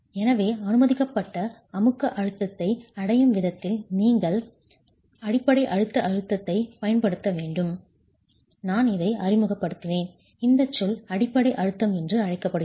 எனவே அனுமதிக்கப்பட்ட அமுக்க அழுத்தத்தை அடையும் விதத்தில் நீங்கள் அடிப்படை அழுத்த அழுத்தத்தைப் பயன்படுத்த வேண்டும் நான் இதை அறிமுகப்படுத்தினேன் இந்த சொல் அடிப்படை அழுத்தம் என்று அழைக்கப்படுகிறது